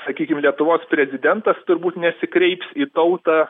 sakykim lietuvos prezidentas turbūt nesikreips į tautą